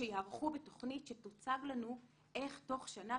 שייערכו בתוכנית שתוצג לנו איך תוך שנה,